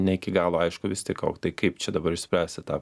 ne iki galo aišku vis tik o tai kaip čia dabar išspręsti tą